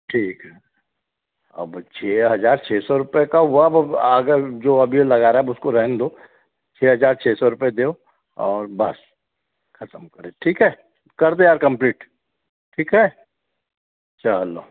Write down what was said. ठीक है अब छः हजार छः सौ रुपए का हुआ अगर जो अभी लगा रहा उसको रहन दो छः हजार छः सौ रुपए देओ और बस खत्म करे ठीक है कर दे यार कम्पलीट ठीक है चलो